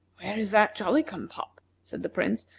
where is that jolly-cum-pop? said the prince.